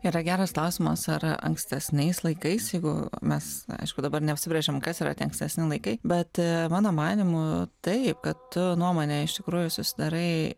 yra geras klausimas ar ankstesniais laikais jeigu mes aišku dabar neapsibrėžiam kas yra tie ankstesni laikai bet mano manymu taip kad tu nuomonę iš tikrųjų susidarai